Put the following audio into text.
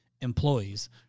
employees